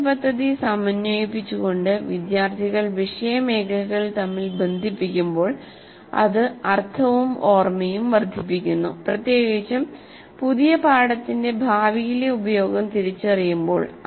പാഠ്യപദ്ധതി സമന്വയിപ്പിച്ചുകൊണ്ട് വിദ്യാർത്ഥികൾ വിഷയ മേഖലകൾ തമ്മിൽ ബന്ധിപ്പിക്കുമ്പോൾ അത് അർത്ഥവും ഓർമ്മയും വർദ്ധിപ്പിക്കുന്നു പ്രത്യേകിച്ചും പുതിയ പാഠത്തിന്റെ ഭാവിയിലെ ഉപയോഗം തിരിച്ചറിയുമ്പോൾ